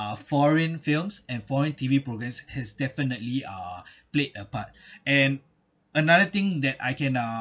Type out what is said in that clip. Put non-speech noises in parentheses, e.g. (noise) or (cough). foreign films and foreign T_V program has definitely uh played a part (breath) and another thing that I can uh